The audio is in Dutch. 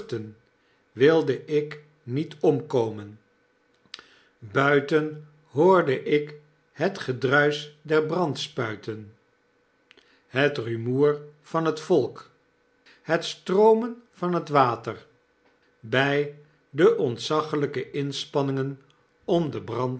wilde ik niet omkomen buiten hoorde ik het gedruisch der brandspuiten het rumoer van het volk het stroomen van het water by de ontzaglyke inspanningen om den brand